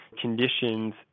conditions